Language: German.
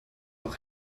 auch